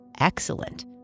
Excellent